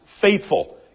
faithful